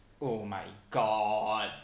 oh my god